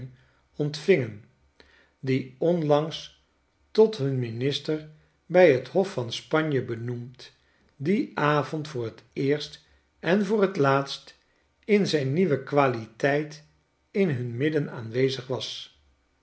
ontvingen die onlangs tot hun minister bij t hof van spanje benoemd dien avond voor t eerst en voor t laatst in zijn nieuwe qualiteit in hun midden aanwezig was